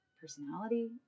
personality